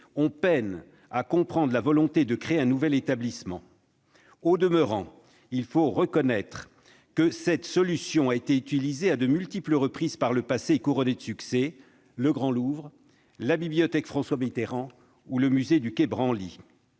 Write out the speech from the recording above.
on peine à comprendre la volonté de créer un nouvel établissement. Au demeurant, il faut reconnaître que cette solution a été utilisée à de multiples reprises par le passé, avec succès : le Grand Louvre, la bibliothèque François-Mitterrand, ou encore le musée du Quai Branly